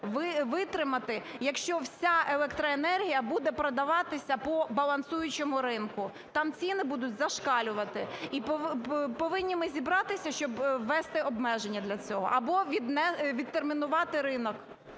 витримати, якщо вся електроенергія буде продаватися по балансуючому ринку. Там ціни будуть зашкалювати. І повинні ми зібратися, щоб ввести обмеження для цього, або відтермінувати ринок.